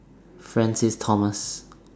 Francis Thomas